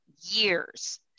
years